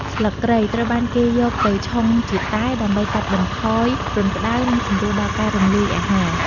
ស្លឹកគ្រៃ ត្រូវបានគេយកទៅឆុងជាតែ ដើម្បីកាត់បន្ថយគ្រុនក្តៅ និងសម្រួលដល់ការរំលាយអាហារ។